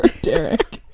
Derek